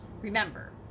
remember